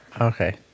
okay